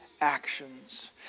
actions